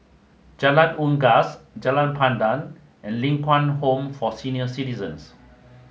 Jalan Unggas Jalan Pandan and Ling Kwang Home for Senior Citizens